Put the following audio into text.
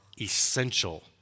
essential